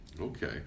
Okay